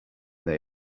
they